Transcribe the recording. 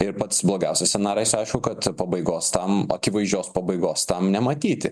ir pats blogiausias scenarijus aišku kad pabaigos tam akivaizdžios pabaigos tam nematyti